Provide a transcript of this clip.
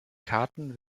karten